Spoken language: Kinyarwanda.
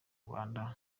rwanda